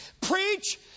Preach